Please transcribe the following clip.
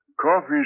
Coffee